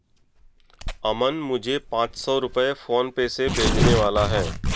अमन मुझे पांच सौ रुपए फोनपे से भेजने वाला है